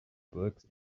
books